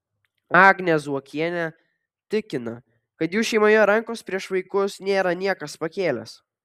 agnė zuokienė tikina kad jų šeimoje rankos prieš vaikus nėra niekas pakėlęs